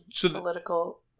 political